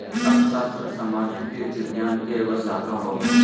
अर्थशास्त्र सामाजिक विज्ञान के एगो शाखा होबो हइ